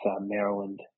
maryland